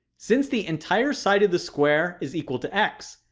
since the entire side of the square is equal to x,